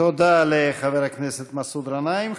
תודה לחבר הכנסת מסעוד גנאים.